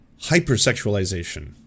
hypersexualization